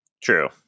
True